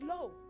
low